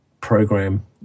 program